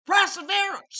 perseverance